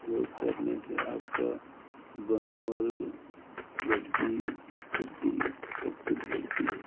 योग करने से आपका मनोबल वृद्धि बुद्धि सब कुछ बढ़ती है